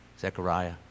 Zechariah